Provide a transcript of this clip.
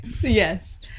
Yes